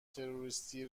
تروریستی